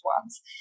ones